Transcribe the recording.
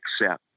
accept